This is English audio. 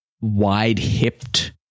wide-hipped